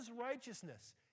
righteousness